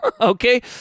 okay